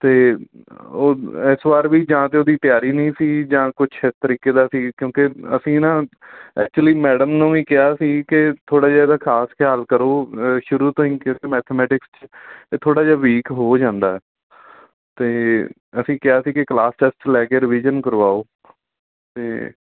ਅਤੇ ਉਹ ਇਸ ਵਾਰ ਵੀ ਜਾਂ ਤਾਂ ਉਹਦੀ ਤਿਆਰੀ ਨਹੀਂ ਸੀ ਜਾਂ ਕੁਛ ਇਸ ਤਰੀਕੇ ਦਾ ਸੀ ਕਿਉਂਕਿ ਅਸੀਂ ਨਾ ਐਕਚੁਲੀ ਮੈਡਮ ਨੂੰ ਵੀ ਕਿਹਾ ਸੀ ਕਿ ਥੋੜ੍ਹਾ ਜਿਹਾ ਇਹਦਾ ਖ਼ਾਸ ਖਿਆਲ ਕਰੋ ਸ਼ੁਰੂ ਤੋਂ ਹੀ ਕਿਸ ਮੈਥਮੈਟਿਕਸ 'ਚ ਇਹ ਥੋੜ੍ਹਾ ਜਿਹਾ ਵੀਕ ਹੋ ਜਾਂਦਾ ਅਤੇ ਅਸੀਂ ਕਿਹਾ ਸੀ ਕਿ ਕਲਾਸ ਟੈਸਟ ਲੈ ਕੇ ਰਿਵੀਜ਼ਨ ਕਰਵਾਓ ਅਤੇ